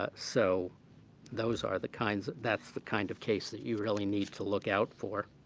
ah so those are the, kinds that's the kind of case that you really need to look out for.